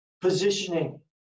positioning